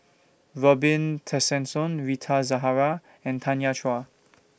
Robin Tessensohn Rita Zahara and Tanya Chua